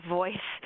voice